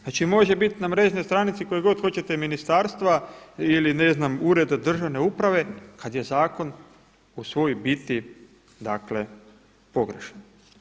Znači može bit na mrežnoj stranici kojeg god hoćete ministarstva ili ne znam Ureda državne uprave kad je zakon u svojoj biti, dakle pogrešan.